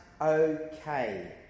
okay